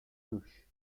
bush